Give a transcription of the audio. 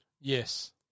yes